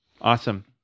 Awesome